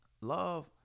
Love